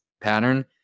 pattern